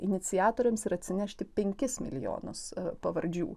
iniciatoriams ir atsinešti penkis milijonus pavardžių